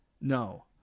no